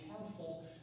harmful